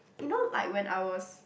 you know like when I was